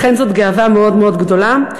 לכן זו גאווה מאוד מאוד גדולה.